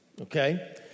Okay